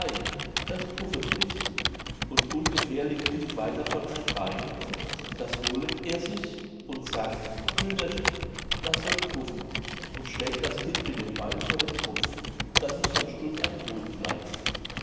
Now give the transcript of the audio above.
das puffet nicht und ungefähr liegt nicht weit davon ein beil das holet er sich und sagt brüderchen das soll puffen und schlägt das kind mit dem beil vor den kopf daß es von stund an todt bleibt